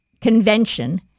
convention